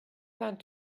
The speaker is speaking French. vingt